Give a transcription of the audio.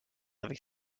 avec